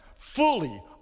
Fully